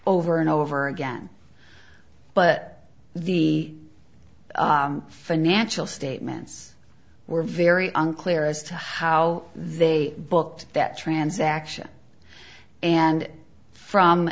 over and over again but the financial statements were very unclear as to how they booked that transaction and from